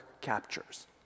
captures